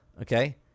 Okay